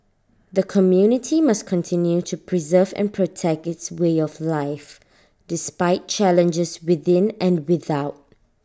the community must continue to preserve and protect its way of life despite challenges within and without